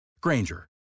Granger